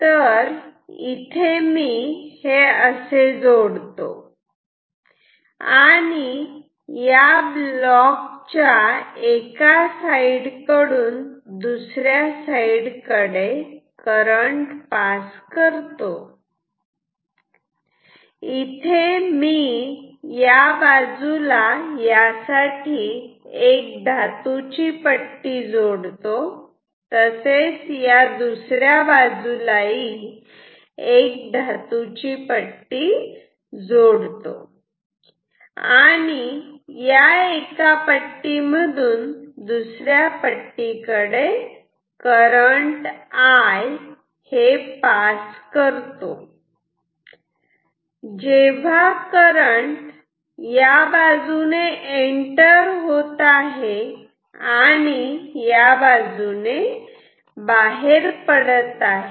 तर इथे मी हे असे जोडतो आणि या ब्लॉक च्या एका साईड कडून दुसऱ्या साईड कडे करंट पास करतो या बाजूला मी एक धातूची पट्टी जोडतो तसेच या दुसऱ्या बाजूला ही धातूची पट्टी जोडतो आणि या एका पट्टी मधून दुसऱ्या पट्टी कडे करंट I पास करतो तेव्हा करंट या बाजूने एंटर होत आहे आणि या बाजूकडून बाहेर पडत आहे